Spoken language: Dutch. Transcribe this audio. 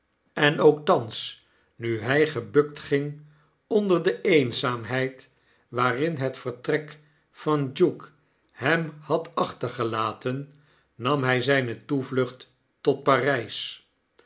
eu ook thans nu hij gebukt ging onder de eenzaamheid waarin het vertrek van duke hem had achtergelaten nam hy zyne toevlucht tot pary